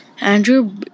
Andrew